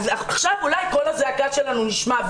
אז עכשיו אולי קול הזעקה שלנו יישמע.